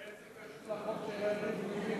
איך זה קשור לחוק של יריב לוין?